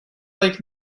like